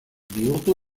bihurtu